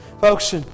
Folks